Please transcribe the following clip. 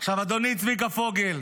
אדוני צביקה פוגל,